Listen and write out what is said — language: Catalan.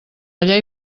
llei